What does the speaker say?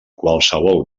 qualsevol